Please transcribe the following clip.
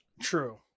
True